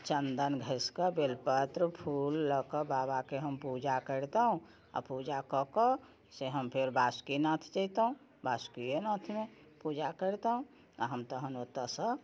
आओर चन्दन घसि कऽ बेलपत्र फूल लअ कऽ बाबाके हम पूजा करितहुँ आओर पूजा कऽ कऽ से हम फेर बासुकीनाथ जैतहुँ बासुकीनाथमे पूजा करितहुँ आओर हम तहन ओतऽसँ